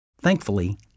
Thankfully